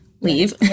leave